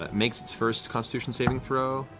ah makes its first constitution saving throw.